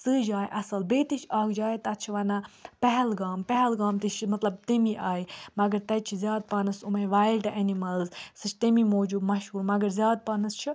سۄے جایہِ اصٕل بیٚیہِ تہِ چھِ اَکھ جاے تَتھ چھِ وَنان پہلگام پہلگام تہِ چھِ مَطلَب تٔمے آیہِ مَگر تَتہِ چھِ زیادٕ پَہنَس یِمٔے وایلڈٕ انمٕلٕز سۄ چھِ تَمے موٗجوٗب مَشہوٗر مگر زیادٕ پَہنَس چھِ